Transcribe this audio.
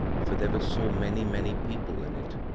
for there were so many, many people in it.